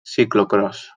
ciclocròs